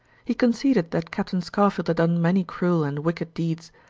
he conceded that captain scarfield had done many cruel and wicked deeds,